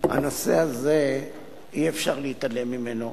הנושא הזה, אי-אפשר להתעלם ממנו.